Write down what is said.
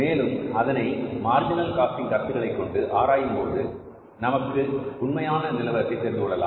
மேலும் அதனை marginal costing கருத்துக்களைக் கொண்டு ஆராயும்போது நமக்கு உண்மையான நிலவரத்தை தெரிந்துகொள்ளலாம்